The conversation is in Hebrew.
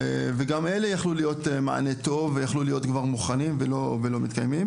וגם אלה יכלו להיות מענה טוב ויכלו להיות כבר מוכנים ולא מתקיימים.